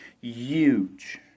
huge